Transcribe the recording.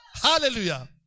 Hallelujah